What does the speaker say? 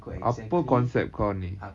apa concept kau ni